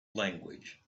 language